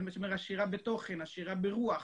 עשירה בתוכן, עשירה ברוח,